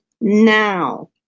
now